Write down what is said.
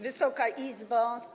Wysoka Izbo!